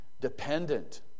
dependent